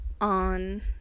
on